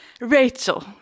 Rachel